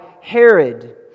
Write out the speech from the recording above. Herod